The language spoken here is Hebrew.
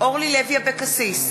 אורלי לוי אבקסיס,